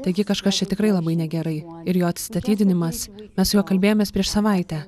taigi kažkas čia tikrai labai negerai ir jo atsistatydinimas mes su juo kalbėjomės prieš savaitę